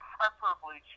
Preferably